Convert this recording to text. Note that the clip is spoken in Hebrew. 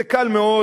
קל מאוד,